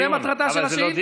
בסוף זאת מטרתה של השאילתה.